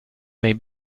may